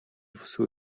бүсгүй